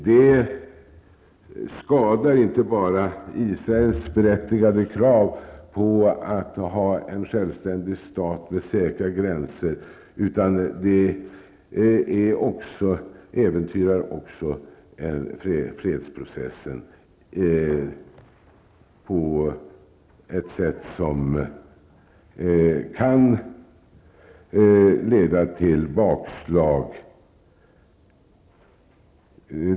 Det skadar inte bara Israels berättigade krav på att vara en självständig stat med säkra gränser, utan det äventyrar också fredsprocessen på ett sätt som kan leda till bakslag.